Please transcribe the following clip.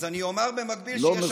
אז אני אומר במקביל, לא מכובד ולא ראוי.